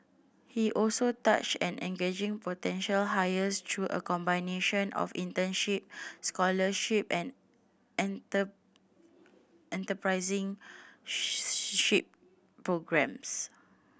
he also touched an engaging potential hires through a combination of internship scholarship and programmes